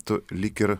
tu lyg ir